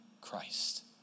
Christ